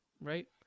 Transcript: Right